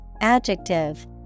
adjective